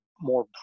more